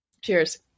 Cheers